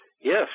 Yes